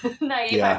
naive